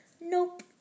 Nope